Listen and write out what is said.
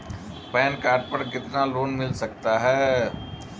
Pan card पर कितना loan मिल सकता है?